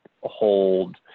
hold